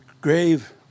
grave